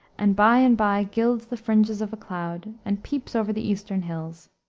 and by and by gilds the fringes of a cloud, and peeps over the eastern hills.